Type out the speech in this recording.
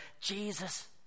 Jesus